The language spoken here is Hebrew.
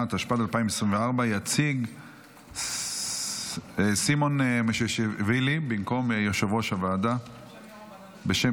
התשפ"ד 2024. יציג סימון מושיאשוילי בשם יו"ר הוועדה